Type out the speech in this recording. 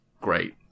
great